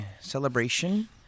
celebration